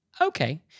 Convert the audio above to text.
Okay